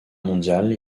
mondiale